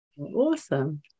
awesome